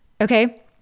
okay